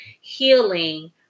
healing